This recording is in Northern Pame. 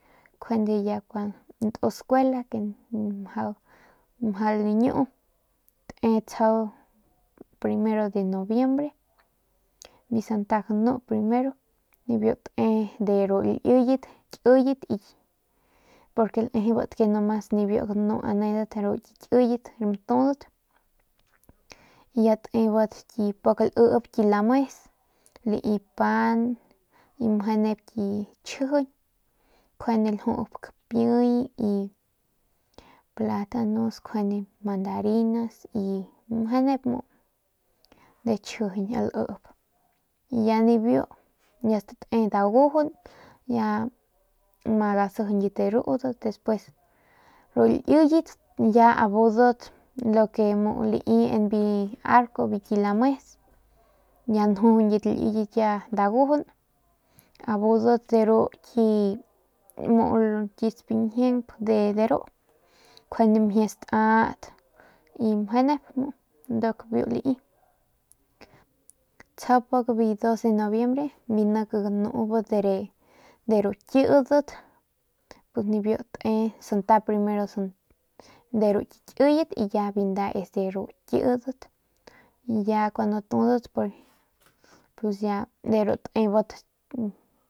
Njuande ya ntus skuela mjau mjau lañu te tsjau primero de nobiembre biu santa ganu primero nibiu te de ru liyet kiyet porque lejebat ke nomas nibiu ganu nedat ru ki kiyet batudat y ya tebat pik lip ki lames lai pan y meje nep tchjijiñ njuande ljup kapiey y platanos, mandarinas y meje nep muu de chijiñ lip y ya nibiu ya state dagujun ya ma gasijiñat de rudat despues ru liyet ya abudat en lo que lai biu arco biu ki lames ya njujuñyit liyet ya dagujun abudat de ru muu ki spañjiep de ru njuande mjie staut meje nep muu nduk biu lai tsjau biu dos de nobiembre nik ganubat de ru kidat nibiu te primero nibiu ki kiyet y ya biu nda es biu kidat y ya cuandu tudat pus ya de ru tebat.